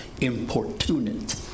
importunate